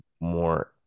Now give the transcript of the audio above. more